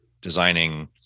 Designing